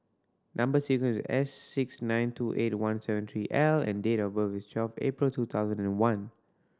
number sequence S six nine two eight one seven three L and date of birth is twelve April two thousand and one